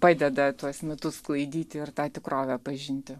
padeda tuos mitus sklaidyti ir tą tikrovę pažinti